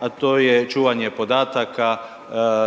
a to je čuvanje podataka,